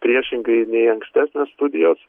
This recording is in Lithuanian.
priešingai nei ankstesnės studijos